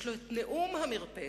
יש נאום המרפסת,